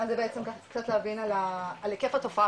קצת להבין על היקף התופעה,